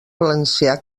valencià